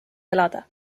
elada